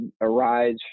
arise